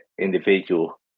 individual